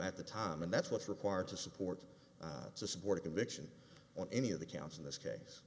at the time and that's what's required to support to support a conviction on any of the counts in this case